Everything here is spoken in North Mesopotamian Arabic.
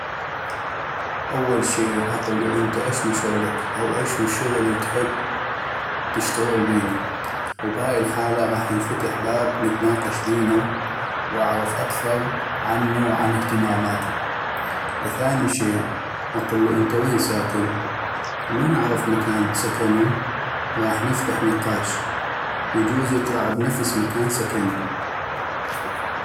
اول شي اقلو انت اشنو شغلك أو اشنو الشغل التحب تشتغل بينو ، بهاي الحالة غاح ينفتح باب نتناقش بينو واعغف اكثغ عنو وعن اهتماماتو، وثاني شي اقلو انت وين ساكن ومن اعغف مكان سكنو غاح نفتح نقاش ويجوز يطلع بنفس مكان سكني.